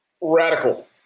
radical